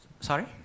Sorry